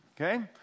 Okay